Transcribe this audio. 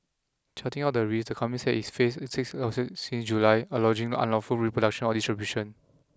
charting out the risks the company said it face six lawsuits since July alleging unlawful reproduction or distribution